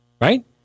right